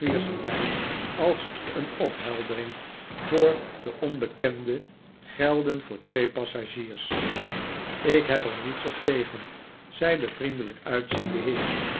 bij als een opheldering voor den onbekende gelden voor twee passagiers ik heb er niets op tegen zei de vriendelijk uitziende heer